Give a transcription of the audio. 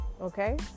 okay